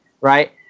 right